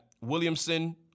Williamson